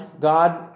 God